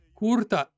curta